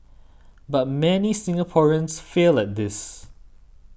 but many Singaporeans fail at this